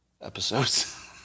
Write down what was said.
episodes